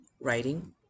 Writing